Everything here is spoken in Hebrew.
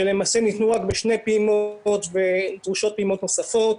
שניתנו רק בשתי פעימות, ודרושות פעימות נוספות.